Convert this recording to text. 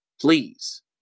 please